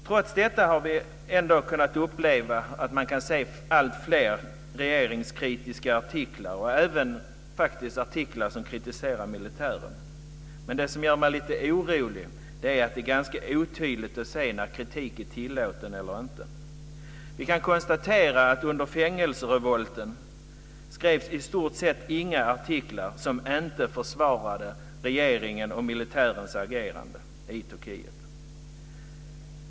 Trots detta har vi kunnat uppleva att man kan se alltfler regeringskritiska artiklar och faktiskt även artiklar där militären kritiseras. Men det som gör mig lite orolig är att det är ganska otydligt när det gäller att se när kritik är tillåten eller inte. Vi kan konstatera att det under fängelserevolten i stort sett inte skrevs några artiklar som inte försvarade regeringens och militärens agerande i Turkiet.